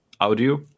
audio